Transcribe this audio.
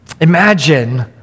Imagine